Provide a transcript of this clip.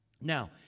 Now